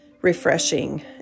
refreshing